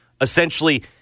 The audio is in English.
essentially